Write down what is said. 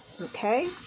okay